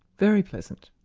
very pleasant.